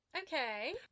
Okay